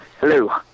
Hello